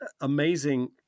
amazing